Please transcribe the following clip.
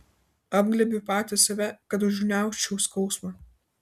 apglėbiu pati save kad užgniaužčiau skausmą